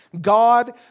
God